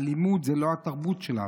אלימות זו לא התרבות שלנו.